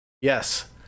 Yes